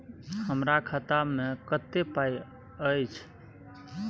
हमरा खाता में कत्ते पाई अएछ?